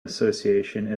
association